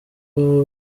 baba